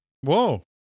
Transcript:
Whoa